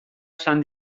esan